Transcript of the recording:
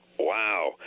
wow